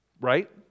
Right